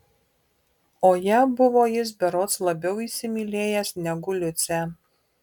o ją buvo jis berods labiau įsimylėjęs negu liucę